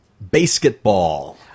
basketball